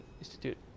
Institute